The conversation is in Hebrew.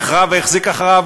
והחרה והחזיק אחריו,